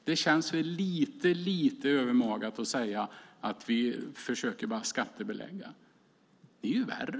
Då känns det lite övermaga att säga att det enda vi vill göra är att skattebelägga. Ni är ju värre.